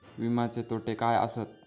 विमाचे तोटे काय आसत?